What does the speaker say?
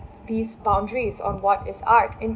these boundaries on what is art and